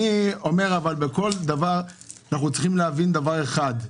אנחנו צריכים להבין דבר אחד,